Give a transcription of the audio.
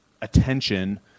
attention